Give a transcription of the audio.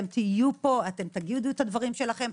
תהיו פה, תגידו את דבריכם.